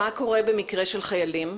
מה קורה במקרה של חיילים?